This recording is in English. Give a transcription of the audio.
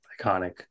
iconic